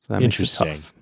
Interesting